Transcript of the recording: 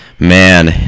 Man